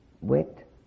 wet